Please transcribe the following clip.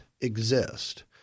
exist